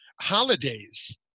holidays